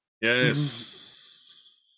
Yes